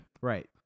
Right